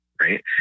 right